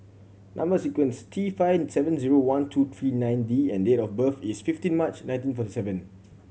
number sequence T five seven zero one two three nine D and date of birth is fifteen March nineteen forty seven